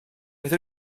beth